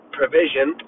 provision